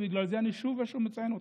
ובגלל זה אני שוב ושוב מציין אותך.